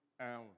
Hours